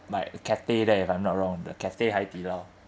like cathay there if I'm not wrong the cathay hai di lao